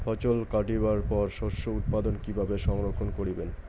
ফছল কাটিবার পর শস্য উৎপাদন কিভাবে সংরক্ষণ করিবেন?